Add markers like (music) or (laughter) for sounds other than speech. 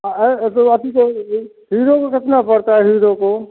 आएँ तो (unintelligible) हीरो को कितना पड़ता है हीरो को